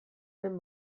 den